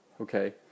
Okay